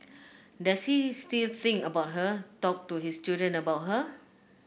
does he still think about her talk to his children about her